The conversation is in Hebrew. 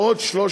עוד 300